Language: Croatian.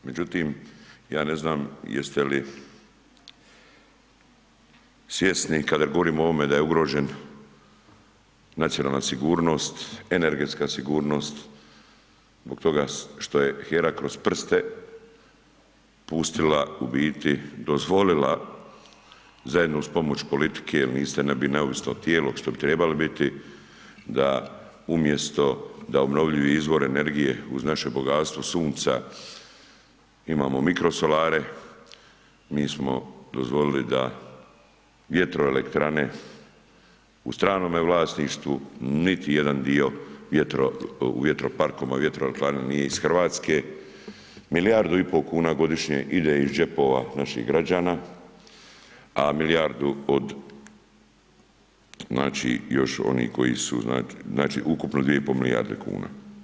Međutim, ja ne znam jeste li svjesni kada govorimo o ovome da je ugrožen nacionalna sigurnost, energetska sigurnost, zbog toga što je HERA kroz prste pustila u biti dozvolila zajedno uz pomoć politike jel niste neovisno tijelo što bi trebali da umjesto da obnovljivi izvor energije uz naše bogatstvo sunca imamo mikrosolare, mi smo dozvolili da vjetroelektrane u stranome vlasništvu niti jedan dio u vjetroparkovima i vjetroelektrani nije iz RH, milijardu i po kuna godišnje ide iz džepova naših građana a milijardu od znači još onih koji su znači ukupno 2,5 milijarde kuna.